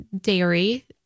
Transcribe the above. dairy